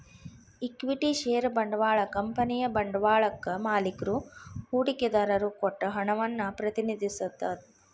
equity share ಬಂಡವಾಳ ಕಂಪನಿಯ ಬಂಡವಾಳಕ್ಕಾ ಮಾಲಿಕ್ರು ಹೂಡಿಕೆದಾರರು ಕೊಟ್ಟ ಹಣವನ್ನ ಪ್ರತಿನಿಧಿಸತ್ತ